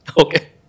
Okay